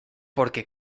porque